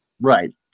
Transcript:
Right